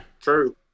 True